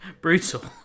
brutal